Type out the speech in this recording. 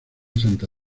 santa